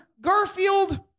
Garfield